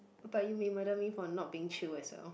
but you may murder me for not being chill as well